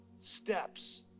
steps